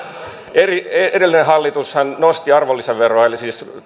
edellinen hallitushan nosti arvonlisäveroa eli siis